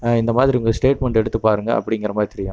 இந்த மாதிரி உங்கள் ஸ்டேட்மெண்ட் எடுத்து பாருங்கள் அப்டிங்கிற மாதிரி தெரியும்